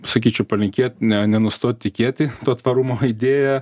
sakyčiau palinkėt ne nenustot tikėti tuo tvarumo idėja